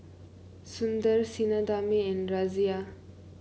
Sundar Sinnathamby and Razia